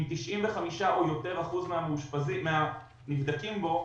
אם 95% או יותר מהנבדקים בו,